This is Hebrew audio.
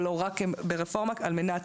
ולא רק ברפורמה על מנת